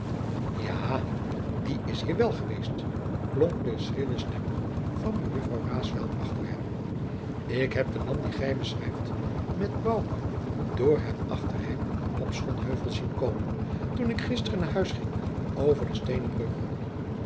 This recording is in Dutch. ja die is hier wel geweest klonk de schrille stem van mejuffrouw raesfelt achter hem ik heb den man dien gij beschrijft met bouke door jacob van lennep de pleegzoon het achterhek op sonheuvel zien komen toen ik gisteren naar huis ging over de steenen brug